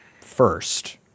first